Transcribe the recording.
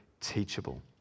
teachable